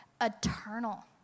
eternal